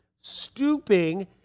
stooping